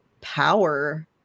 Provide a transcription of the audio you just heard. power